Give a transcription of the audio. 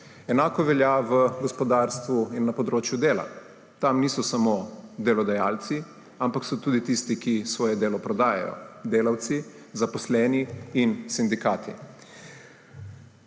Enako velja v gospodarstvu in na področju dela. Tam niso samo delodajalci, ampak so tudi tisti, ki svoje delo prodajajo – delavci, zaposleni in sindikati.